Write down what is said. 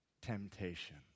temptation